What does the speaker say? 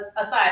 aside